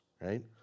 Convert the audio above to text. right